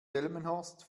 delmenhorst